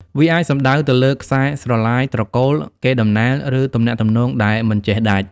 វាអាចសំដៅទៅលើខ្សែស្រឡាយត្រកូល កេរដំណែល ឬទំនាក់ទំនងដែលមិនចេះដាច់។